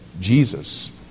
Jesus